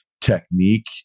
technique